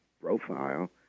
profile